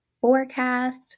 Forecast